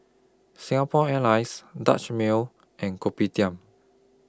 Singapore Airlines Dutch Mill and Kopitiam